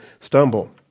stumble